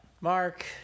Mark